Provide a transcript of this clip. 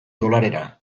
dolarera